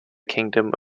kingdom